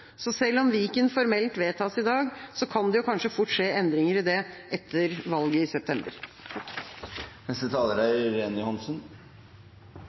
så selv om Viken formelt vedtas i dag, kan det fort skje endringer etter valget i september.